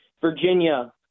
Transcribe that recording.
Virginia